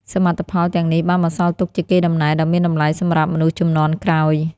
សមិទ្ធផលទាំងនេះបានបន្សល់ទុកជាកេរដំណែលដ៏មានតម្លៃសម្រាប់មនុស្សជំនាន់ក្រោយ។